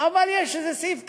אבל יש איזה סעיף קטן,